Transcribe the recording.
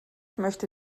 möchte